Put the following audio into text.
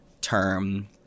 term